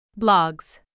Blogs